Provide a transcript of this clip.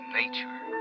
nature